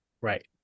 Right